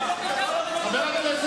אתה מדבר אחרת.